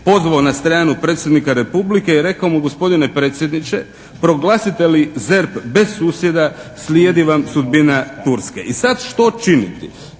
pozvao na stranu predsjednika Republike i rekao mu: «Gospodine predsjedniče proglasite li ZERP bez susjeda slijedi vam sudbina Turske.» I sad što činiti?